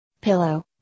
Pillow